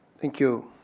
thank you,